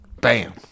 Bam